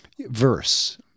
verse